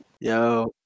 Yo